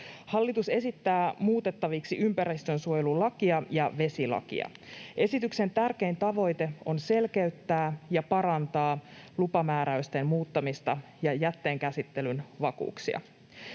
Hallitus esittää muutettaviksi ympäristönsuojelulakia ja vesilakia. Esityksen tärkein tavoite on selkeyttää ja parantaa lupamääräysten muuttamista ja jätteenkäsittelyn vakuuksia.